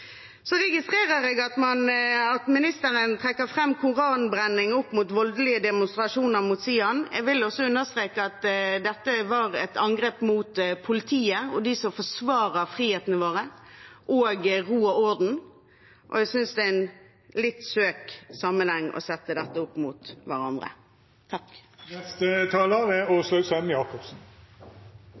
Så registrerer jeg at statsråden trekker fram Koran-brenning opp mot voldelige demonstrasjoner mot SIAN. Jeg vil også understreke at dette var et angrep mot politiet og de som forsvarer frihetene våre, og ro og orden. Jeg synes det er en litt søkt sammenheng å sette dette opp mot hverandre.